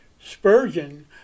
Spurgeon